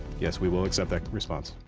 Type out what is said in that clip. yes, we will accept that response.